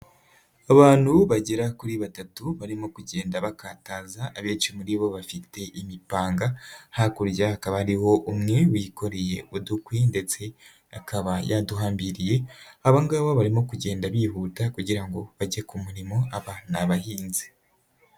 Abantu bagera kuri batatu barimo kugenda bakataza abenshi muri bo bafite imipanga, hakurya hakaba hariho umwe wikoreye udukwi ndetse, akaba yaduhambiriye. Abangaba barimo kugenda bihuta kugira ngo bajye ku murimo, aba ni abahinzi.